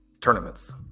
tournaments